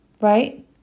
Right